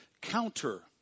counter